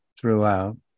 throughout